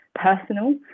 personal